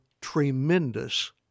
tremendous